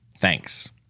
Thanks